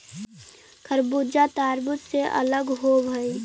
खरबूजा तारबुज से अलग होवअ हई